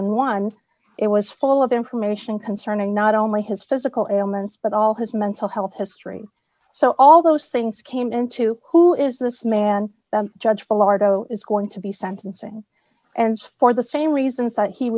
and one it was full of information concerning not only his physical ailments but all his mental health history so all those things came into who is this man judge florida is going to be sentencing and for the same reasons that he